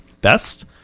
best